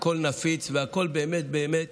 הכול נפיץ והכול באמת באמת